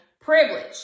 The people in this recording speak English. privilege